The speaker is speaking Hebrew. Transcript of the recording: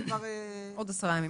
זה יכול להיות כבר --- עוד עשרה ימים.